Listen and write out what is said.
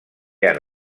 han